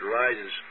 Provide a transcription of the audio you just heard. rises